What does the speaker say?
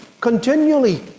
continually